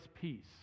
peace